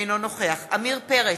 אינו נוכח עמיר פרץ,